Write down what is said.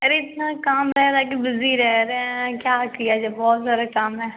अरे इतना काम है बीज़ी रह रहे हैं क्या किया जाए बहुत सारे काम है